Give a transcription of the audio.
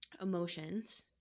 emotions